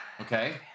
Okay